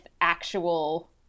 actual